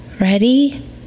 Ready